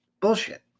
Bullshit